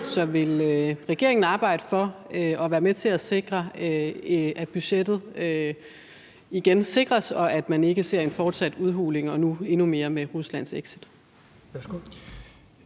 Så vil regeringen arbejde for at være med til at sikre, at budgettet igen sikres, og at man ikke ser en fortsat udhuling og nu endnu mere med Ruslands exit?